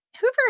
Hoover